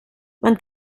man